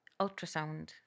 ultrasound